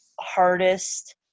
hardest